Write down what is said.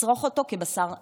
לצרוך אותו כבשר מצונן,